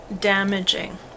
damaging